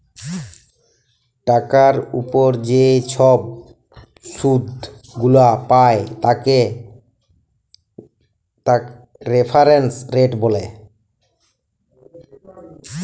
টাকার উপর যে ছব শুধ গুলা পায় তাকে রেফারেন্স রেট ব্যলে